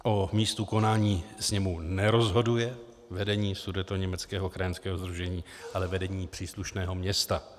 O místu konání sněmu nerozhoduje vedení Sudetoněmeckého krajanského sdružení, ale vedení příslušného města.